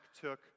took